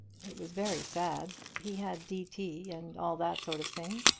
it was very sad. he had d t, and all that sort of thing.